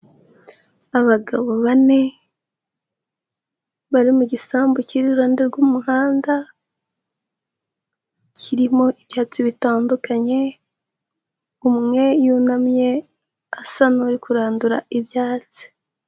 Abagabo bane, bari mu gisambu cy'iri iruhande rw'umuhanda, kirimo ibyatsi bitandukanye, umwe yunamye asa n'uri kurandura ibyatsi.